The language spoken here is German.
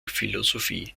philosophie